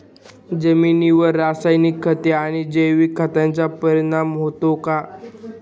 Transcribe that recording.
जमिनीवर रासायनिक खते आणि जैविक खतांचा परिणाम होतो का?